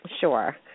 Sure